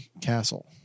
castle